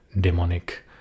demonic